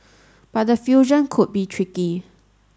but the fusion could be tricky